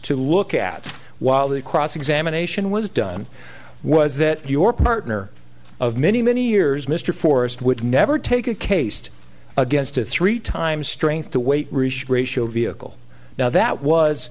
to look at while the cross examination was done was that your partner of many many years mr forrest would never take a case against a three time strength to weight ratio vehicle now that was